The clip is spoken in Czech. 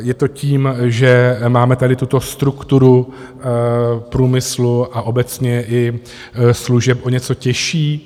Je to tím, že máme tady tuto strukturu průmyslu a obecně i služeb o něco těžší.